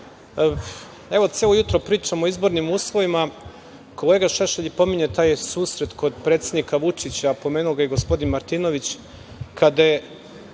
celo jutro pričamo o izbornim uslovima, kolega Šešelj pominje taj susret kod predsednika Vučića, a pomenuo ga je i gospodin Martinović, kada